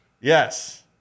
Yes